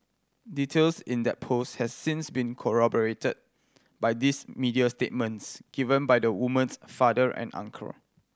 details in that post has since been corroborated by these media statements given by the woman's father and uncle